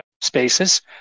spaces